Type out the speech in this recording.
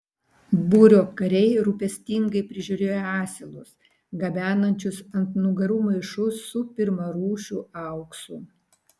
būrio kariai rūpestingai prižiūrėjo asilus gabenančius ant nugarų maišus su pirmarūšiu auksu